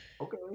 okay